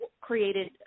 created